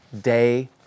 day